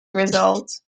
results